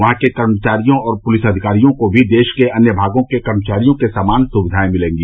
वहां के कर्मचारियों और पुलिस अधिकारियों को भी देश के अन्य भागों के कर्मचारियों के समान सुविधाएं मिलेंगी